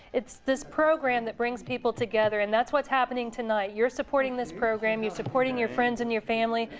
it's this program that brings people together. and that's what's happening tonight. you're supporting this program. you're supporting your friends and your family.